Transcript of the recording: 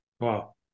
Wow